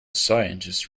scientist